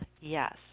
Yes